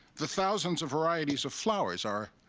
the thousands of varieties of flowers are,